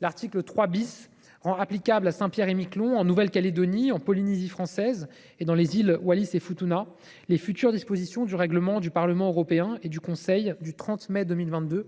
L’article 3 rend applicables à Saint Pierre et Miquelon, en Nouvelle Calédonie, en Polynésie française et dans les îles Wallis et Futuna les nouvelles dispositions du règlement du Parlement européen et du Conseil du 30 mai 2022